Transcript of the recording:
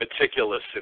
meticulous